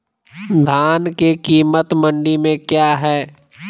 धान के कीमत मंडी में क्या है?